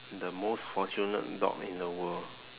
the most fortunate dog in the world